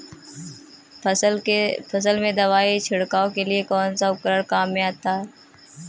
फसल में दवाई छिड़काव के लिए कौनसा उपकरण काम में आता है?